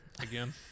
again